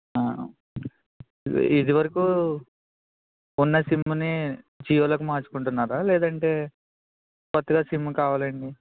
ఇది వరుకు ఉన్న సిమ్నే జియోలోకి మార్చుకుంటున్నారా లేదంటే కొత్తగా సిమ్ కావలండి